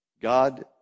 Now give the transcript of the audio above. God